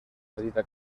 petita